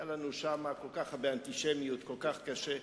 והיתה שם אנטישמיות כל כך רבה וכל כך קשה.